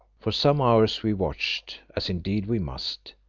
for some hours we watched, as indeed we must,